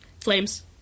Flames